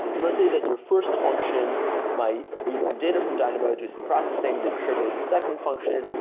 let's say that your first function might read some data from dynamo, do some processing then trigger the second function.